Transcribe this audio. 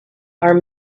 are